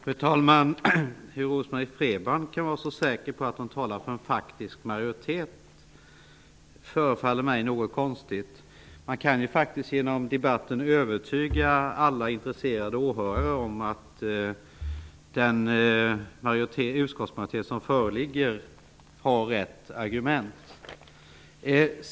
Fru talman! Hur Rose-Marie Frebran kan vara så säker på att hon talar för en faktisk majoritet förefaller mig något konstigt. Man kan i debatten övertyga alla intresserade åhörare att den utskottsmajoritet som föreligger har rätt argument.